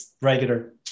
regular